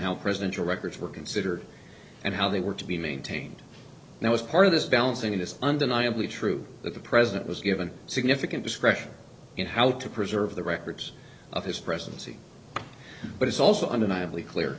how presidential records were considered and how they were to be maintained now as part of this balancing it is undeniably true that the president was given significant discretion in how to preserve the records of his presidency but it's also undeniably clear